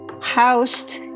housed